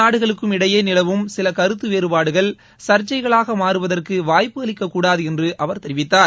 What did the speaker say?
நாடுகளுக்கும் இடையே நிலவும் சில கருத்து வேறுபாடுகள் சர்ச்சைகளாக மாறுவதற்கு வாய்ப்பு இரு அளிக்கக்கூடாது என்று அவர் தெரிவித்தார்